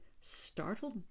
startled